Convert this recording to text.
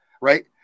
Right